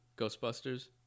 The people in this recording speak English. Ghostbusters